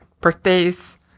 birthdays